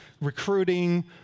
recruiting